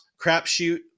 crapshoot